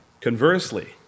Conversely